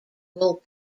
will